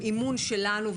עם אימון שלנו,